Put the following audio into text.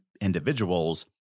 individuals